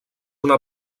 una